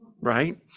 right